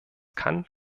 kann